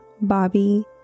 Bobby